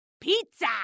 Pizza